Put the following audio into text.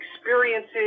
experiences